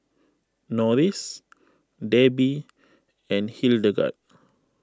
Norris Debbi and Hildegard